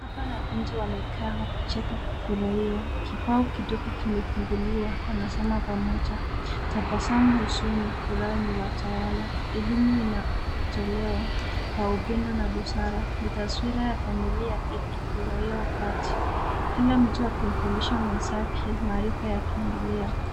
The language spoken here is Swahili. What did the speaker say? Baba na binti wamekaa wakicheka na kufurahia. Kibao kidogo kimefunguliwa, wanasoma pamoja. Tabasamu usoni na furaha imewatawala. Elimu inatolewa kwa upendo na busara. Ni tasriwa ya familia ikifurahia wakati kila mtu akimfundisha mwenzake maarifaa yakiendelea.